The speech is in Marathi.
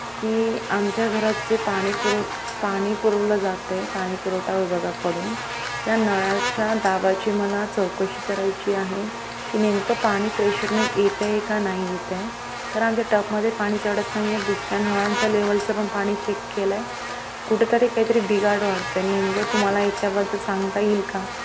की आमच्या घरात जे पाणी पुरव पाणी पुरवलं जातं आहे पाणी पुरवठा विभागाकडून त्या नळाच्या दाबाची मला चौकशी करायची आहे की नेमकं पाणी प्रेशरनं येतं आहे का नाही येतं आहे कारण आमच्या टबमध्ये पाणी चढत नाही आहे दुसऱ्या नळांच्या लेवलचं पण पाणी चेक केलं आहे कुठं तरी काहीतरी बिघाड वाढतो आहे नेमकं तुम्हाला याच्याबद्दल सांगता येईल का